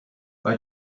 bei